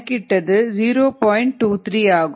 23 ஆகும்